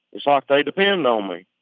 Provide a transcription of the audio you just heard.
it's like they depend on me.